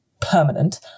permanent